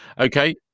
okay